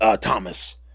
Thomas